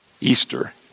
Easter